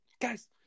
Guys